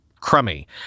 crummy